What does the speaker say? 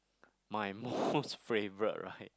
my most favourite right